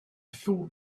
thought